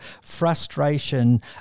frustration